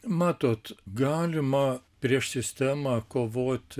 matot galima prieš sistemą kovoti